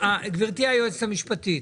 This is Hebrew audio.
גברתי היועצת המשפטית,